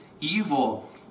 evil